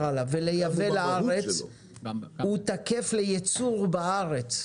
עליו ולייבא לארץ הוא תקף לייצור בארץ.